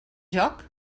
joc